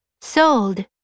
sold